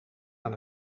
aan